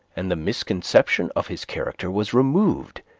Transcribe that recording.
and the misconception of his character was removed,